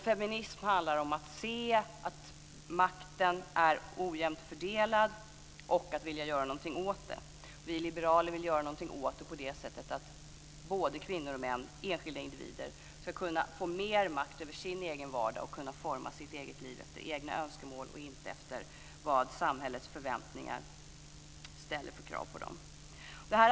Feminism handlar om att se att makten är ojämnt fördelad och att vilja göra något åt det. Vi liberaler vill göra något åt det på det sättet att både kvinnor och män, enskilda individer, ska kunna få mer makt över sin egen vardag och kunna forma sitt eget liv efter egna önskemål, inte efter samhällets förväntningar och krav.